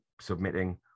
submitting